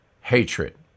hatred